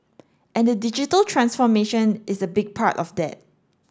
and the digital transformation is a big part of that